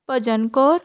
Bhajan Kaur